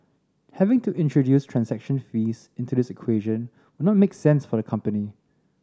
having to introduce transaction fees into this equation not make sense for the company